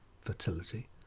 fertility